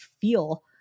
feel